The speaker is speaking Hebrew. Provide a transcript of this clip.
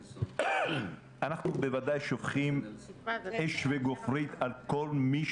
אנחנו בוודאי שופכים אש וגופרית על כל מי